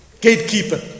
Gatekeeper